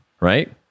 right